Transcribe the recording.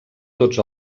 tots